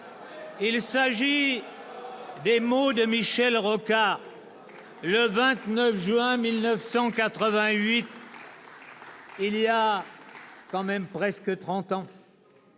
Il s'agit des mots de Michel Rocard, le 29 juin 1988, il y a quand même presque trente